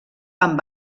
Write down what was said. amb